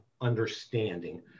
understanding